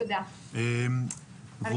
הוא